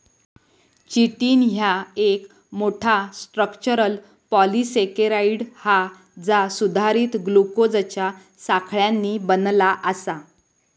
chitin ह्या एक मोठा, स्ट्रक्चरल पॉलिसेकेराइड हा जा सुधारित ग्लुकोजच्या साखळ्यांनी बनला आसा